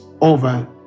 over